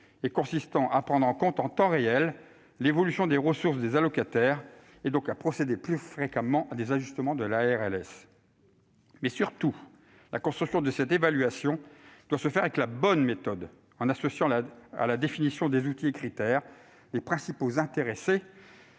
et consistant à prendre en compte en temps réel l'évolution des ressources des allocataires, ce qui conduira à procéder plus fréquemment à des ajustements de la RLS. Surtout, la construction de cette évaluation doit se faire avec la bonne méthode : il faut associer à la définition des outils et des critères les principaux intéressés-